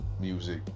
music